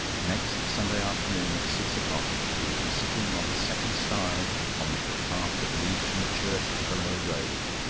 next sunday afternoon at six o'clock you will be sitting on the second stile on the footpath that leads from the church to the lower road.